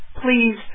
Please